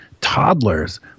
toddlers